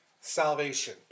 salvation